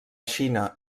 xina